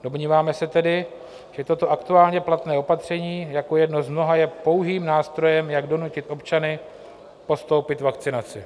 Domníváme se tedy, že toto aktuálně platné opatření jako jedno z mnoha je pouhým nástrojem, jak donutit občany podstoupit vakcinaci.